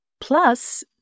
Plus